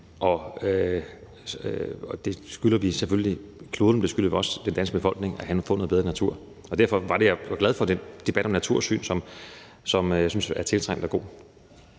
Vi skylder selvfølgelig kloden, men også den danske befolkning at få noget bedre natur. Det er derfor, jeg er glad for den debat om natursyn, som jeg synes er tiltrængt og god.